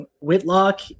Whitlock